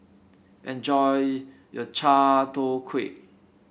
enjoy your Chai Tow Kway